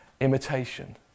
imitation